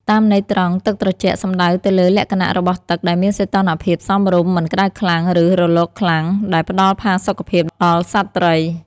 តាមន័យត្រង់ ទឹកត្រជាក់ សំដៅទៅលើលក្ខណៈរបស់ទឹកដែលមានសីតុណ្ហភាពសមរម្យ មិនក្ដៅខ្លាំង ឬរលកខ្លាំង ដែលផ្ដល់ផាសុកភាពដល់សត្វត្រី។